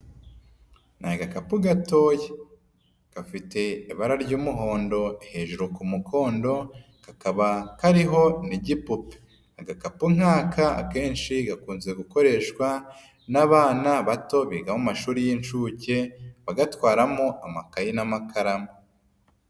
Ni agakapu gatoya gafite ibara ry'umuhondo hejuru ku mukondo, kakaba kariho n'igipupe. Agakapu nk'aka akenshi gakunze gukoreshwa n'abana bato biga mu mashuri y'inshuke, bagatwaramo amakayi n'amakaramu.